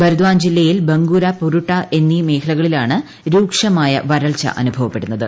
ബർദ്വാൻ ജില്ലയിലെ ബങ്കൂർ പുരുട്ട എന്നീ മേഖലകളിലാണ് രൂക്ഷമായ വരൾച്ച അനുഭവപ്പെടു ന്നത്